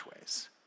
ways